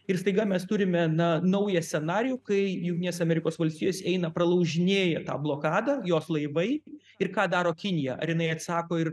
ir staiga mes turime na naują scenarijų kai jungtinės amerikos valstijos eina pralaužinėja tą blokadą jos laivai ir ką daro kinija ar jinai atsako ir